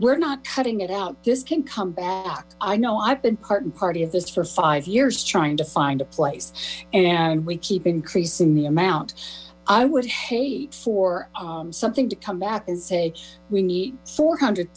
we're not cutting it out this can come back i know i've been part and party of this for five years trying to find a place and we keep increasing the amount i would hate for something to come back and say we need four hundred